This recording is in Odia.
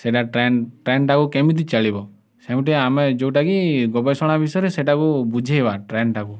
ସେଟା ଟ୍ରେନ୍ ଟା'କୁ କେମିତି ଚାଲିବ ସେଇଟା ଆମେ ଯେଉଁଟାକି ଗବେଷଣା ବିଷୟରେ ସେଟାକୁ ବୁଝେଇବା ଟ୍ରେନ୍'ଟାକୁ